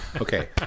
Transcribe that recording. Okay